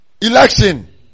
Election